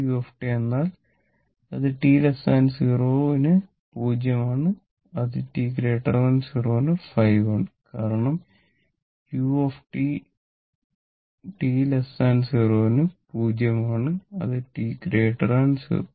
5u എന്നാൽ അത് t 0 ന് 0 ആണ് അത് t 0 ന് 5 ആണ് കാരണം u t 0 ന് 0 ആണ് അത് t 0 ന് 1 ആണ്